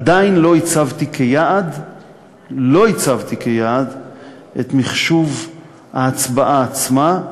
עדיין לא הצבתי כיעד את מחשוב ההצבעה עצמה,